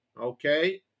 Okay